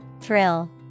Thrill